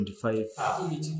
twenty-five